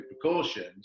precautions